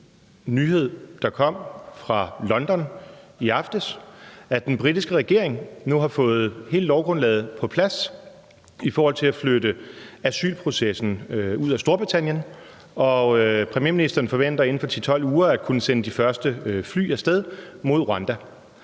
nyhed, der kom fra London i aftes, at den britiske regering nu har fået hele lovgrundlaget på plads i forhold til at flytte asylprocessen ud af Storbritannien, og premierministeren forventer inden for 10-12 uger at kunne sende de første fly af sted mod Rwanda.